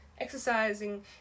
exercising